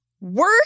Work